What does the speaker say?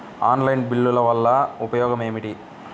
Online బిల్లుల వల్ల ఉపయోగమేమిటీ?